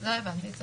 לא הבנתי.